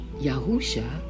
Yahusha